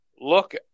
look